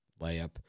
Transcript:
layup